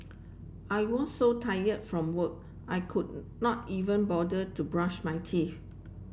I was so tired from work I could not even bother to brush my teeth